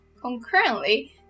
concurrently